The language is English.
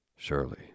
Surely